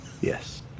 Yes